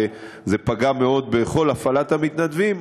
וזה פגע מאוד בכל הפעלת המתנדבים,